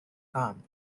calm